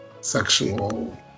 sexual